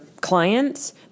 clients